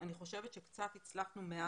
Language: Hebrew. ואני חושבת שקצת הצלחנו.